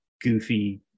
goofy